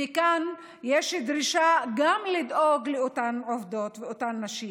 מכאן יש דרישה לדאוג גם לאותן עובדות ולאותן נשים.